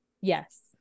Yes